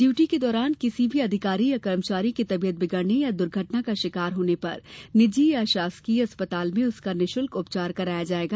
duty के दौरान किसी भी अधिकारी या कर्मचारी की तबीयत बिगड़ने या दुर्घटना का शिकार होने पर निजी या शासकीय अस्पताल में उसका निशुल्क उपचार कराया जाएगा